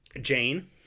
Jane